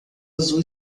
azul